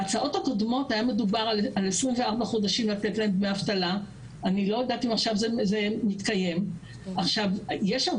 בהצעות הקודמות היה מדובר על לתת להן דמי אבטלה במשך 24 חודשים.